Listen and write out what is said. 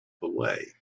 away